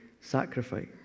sacrifice